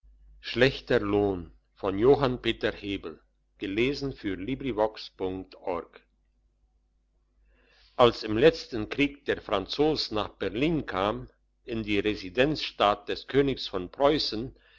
als im letzten krieg der franzos nach berlin kam in die residenzstadt des königs von preussen